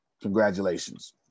congratulations